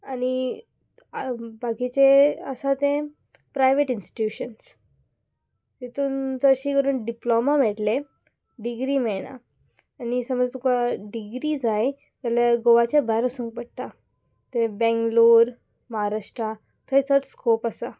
आनी बाकीचे आसा ते प्रायवेट इंस्टिट्यूशन्स तितून चडशी करून डिप्लोमा मेळटले डिग्री मेळना आनी समज तुका डिग्री जाय जाल्यार गोवाच्या भायर वसूंक पडटा थंय बेंगलोर महाराष्ट्रा थंय चड स्कोप आसा